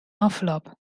envelop